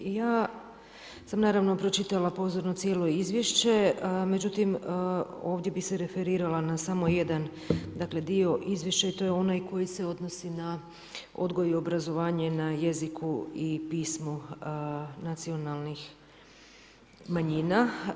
Ja sam naravno pročitala pozorno cijelo izvješće, međutim ovdje bi se referirala na samo jedan dio izvješća i to je onaj koji se odnosi na odgoj i obrazovanje na jeziku i pismu nacionalnih manjina.